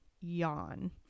Yawn